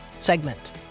segment